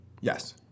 Yes